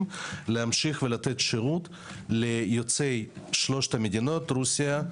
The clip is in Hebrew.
לתת שירות ליוצאי שלוש המדינות רוסיה,